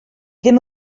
ddim